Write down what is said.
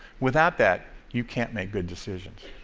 without that, you can't make good decisions.